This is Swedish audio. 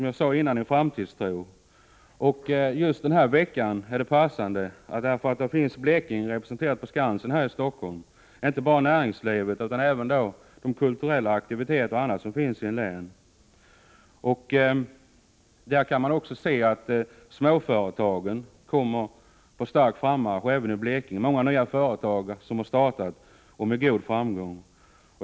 Det kan bl.a. konstateras vid ett besök just denna vecka på Skansen här i Stockholm, där Blekinge är representerat och där man visar inte bara det blekingska näringslivet utan också de kulturella och andra aktiviteter som finns i länet. Där kan man också se att småföretagen är på stark frammarsch även i Blekinge — många företag har startat med god framgång.